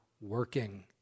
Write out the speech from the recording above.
working